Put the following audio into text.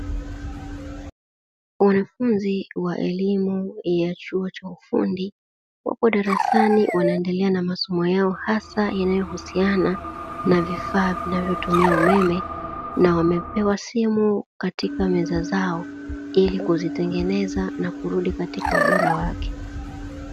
Wanafunzi wa elimu ya chuo cha ufundi wapo darasani wanaendelea na masomo yao hasa yanayohusiana na vifaa vinavyotumia umeme, na wamepewa simu katika meza zao ili kuzitengeneza na kurudi katika ubora wake.